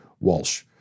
Walsh